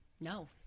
No